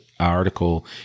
Article